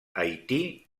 haití